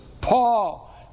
Paul